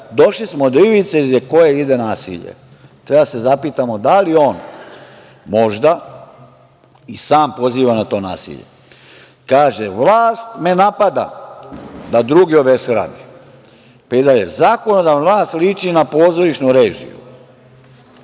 došli smo do ivice iza koje ide nasilje. Treba da se zapitamo da li on možda i sam poziva na to nasilje. Kaže - vlast me napada. Da druge obeshrabri. Ide dalje – zakonodavna vlast liči na pozorišnu režiju.